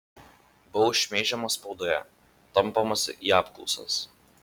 buvau šmeižiamas spaudoje tampomas į apklausas